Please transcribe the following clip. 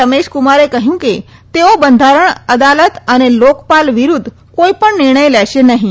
રમેશકુમારે કહ્યું કે તેઓ બંધારણ અદાલત અને લોકપાલ વિરુદ્ધ કોઈ પણ નિર્ણય લેશે નહીં